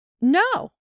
No